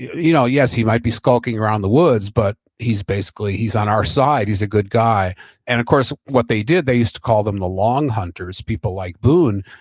you know yes, he might be skulking around the woods, but he's basically he's on our side, he's a good guy and of course what they did they used to call them the long hunters, people like boone.